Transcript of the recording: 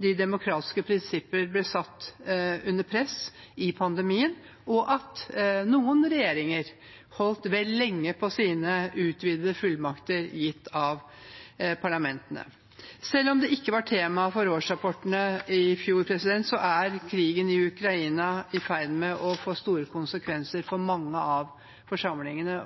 de demokratiske prinsipper ble satt under press i pandemien, og at noen regjeringer holdt vel lenge på sine utvidede fullmakter gitt av parlamentene. Selv om det ikke var tema for årsrapportene i fjor, er krigen i Ukraina i ferd med å få store konsekvenser for mange av forsamlingene.